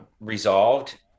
resolved